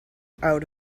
out